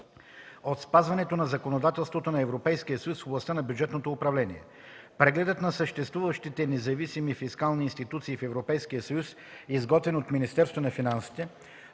от спазването на законодателството на Европейския съюз в областта на бюджетното управление. Прегледът на съществуващите независими фискални институции в Европейския съюз, изготвен от Министерството на финансите,